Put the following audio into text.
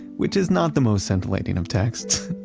which is not the most scintillating of texts.